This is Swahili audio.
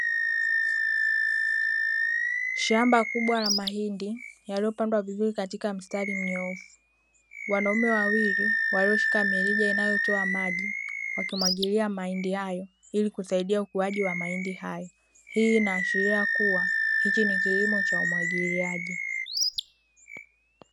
Shamba kubwa la mahindi yaliyopandwa vizuri katika mstari mnyoofu, wanaume wawili walioshika mirija miwili inayotoa maji wakimwagilia mahindi hayo ili kusaidia ukuaji wa mahindi hayo, hii inaashiria kuwa hichi ni kilimo cha umwagiliaji.